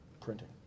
printing